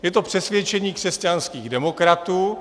Je to přesvědčení křesťanských demokratů.